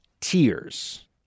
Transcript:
Tears